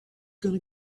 gonna